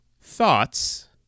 Thoughts